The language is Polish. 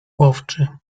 łowczy